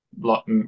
Lot